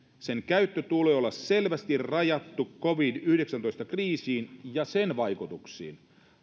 sen käytön tulee olla selvästi rajattu covid yhdeksäntoista kriisiin ja sen vaikutuksiin